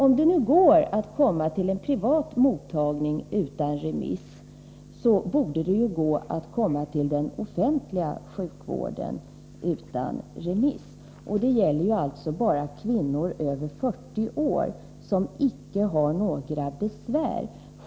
Om det nu går att komma till en privat mottagning utan remiss, borde det kunna gå att komma till den offentliga sjukvården utan remiss. Detta gäller alltså bara kvinnor över 40 år som icke har några besvär.